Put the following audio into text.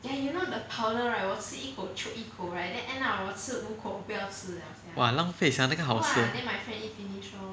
!wah! 浪费 sia 那个好吃